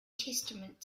testament